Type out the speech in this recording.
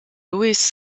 louis